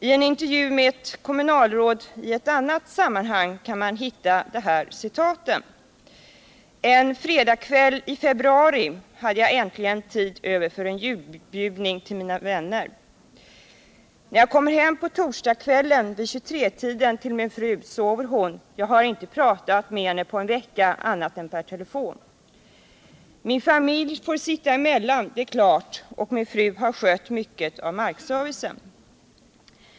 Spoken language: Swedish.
I en intervju med ett kommunalråd i ett annat sammanhang kan man hitta de här uttalandena: En fredagkväll i februari hade jag äntligen tid över för en julbjudning för mina vänner. När jag på torsdagkvällen vid 23-tiden kommer hem till min fru sover hon. Jag har inte pratat med henne på en vecka annat än per telefon. Min familj får sitta emellan, det är klart. Och min fru har skött mycket av markservicen.